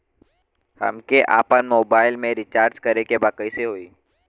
हमके आपन मोबाइल मे रिचार्ज करे के बा कैसे होई?